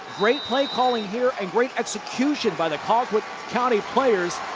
great play calling here. ah great execution by the colquitt county players.